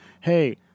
Hey